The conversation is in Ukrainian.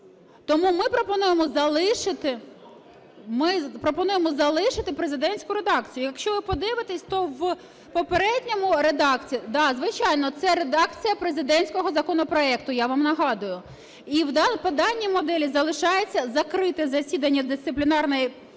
Тому ми пропонуємо залишити президентську редакцію. Якщо ви подивитеся, то в попередній редакції… Да, звичайно, це редакція президентського законопроекту, я вам нагадую, і по даній моделі залишається закрите засідання дисциплінарної